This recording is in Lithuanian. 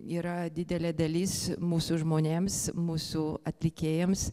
yra didelė dalis mūsų žmonėms mūsų atlikėjams